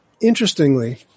Interestingly